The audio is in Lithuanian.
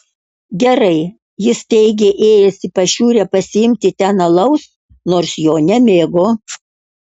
gerai jis teigė ėjęs į pašiūrę pasiimti ten alaus nors jo nemėgo